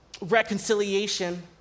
reconciliation